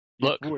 Look